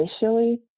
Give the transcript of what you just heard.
initially